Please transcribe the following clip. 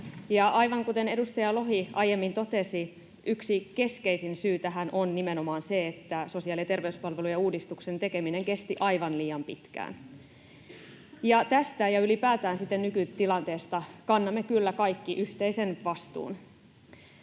aivan kuten edustaja Lohi aiemmin totesi, yksi keskeisimmistä syistä tähän on nimenomaan se, että sosiaali- ja terveyspalvelujen uudistuksen tekeminen kesti aivan liian pitkään. Tästä ja ylipäätään nykytilanteesta kannamme kyllä kaikki yhteisen vastuun,